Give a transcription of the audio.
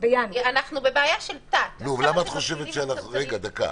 בבעיה של תת-אכיפה.